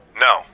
No